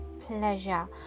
pleasure